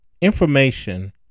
Information